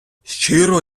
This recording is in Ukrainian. щиро